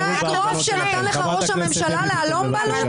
זה האגרוף שנתן לך ראש הממשלה להלום בנו?